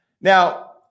Now